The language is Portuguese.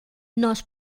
nós